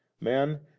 man